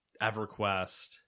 EverQuest